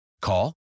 Call